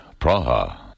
Praha